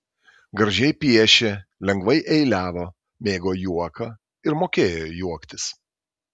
gražiai piešė lengvai eiliavo mėgo juoką ir mokėjo juoktis